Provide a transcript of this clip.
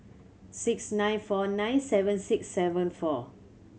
six nine four nine seven six seven four